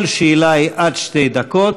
כל שאלה היא עד שתי דקות,